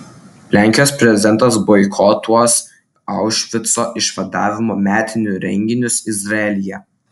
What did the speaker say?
lenkijos prezidentas boikotuos aušvico išvadavimo metinių renginius izraelyje